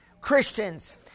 Christians